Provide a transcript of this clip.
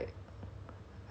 跳舞 liao 所以